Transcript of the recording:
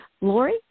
Lori